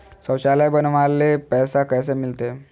शौचालय बनावे ले पैसबा कैसे मिलते?